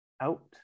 out